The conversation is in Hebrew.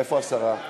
איפה השרה?